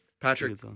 Patrick